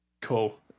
Cool